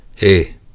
Hey